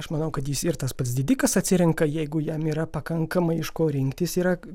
aš manau kad jis ir tas pats didikas atsirenka jeigu jam yra pakankamai iš ko rinktis yra